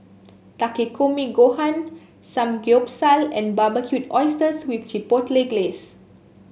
Takikomi Gohan Samgyeopsal and Barbecued Oysters with Chipotle Glaze